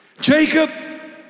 Jacob